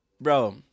Bro